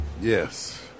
Yes